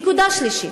נקודה שלישית,